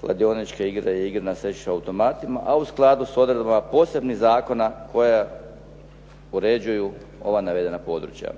kladioniče igre i igre na sreću na automatima, a u skladu sa odredbama posebnih zakona koje uređuju ova navedena područja.